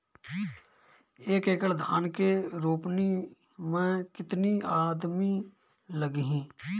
एक एकड़ धान के रोपनी मै कितनी आदमी लगीह?